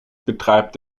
betreibt